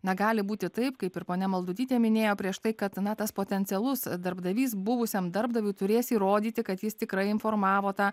negali būti taip kaip ir ponia maldutytė minėjo prieš tai kad ana tas potencialus darbdavys buvusiam darbdaviui turės įrodyti kad jis tikrai informavo tą